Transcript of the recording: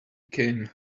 came